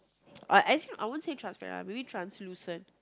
uh actually I won't say transparent ah maybe translucent